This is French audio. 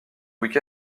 week